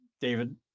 David